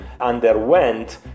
underwent